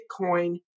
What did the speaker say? Bitcoin